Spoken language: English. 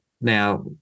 Now